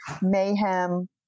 mayhem